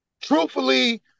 truthfully